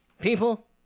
People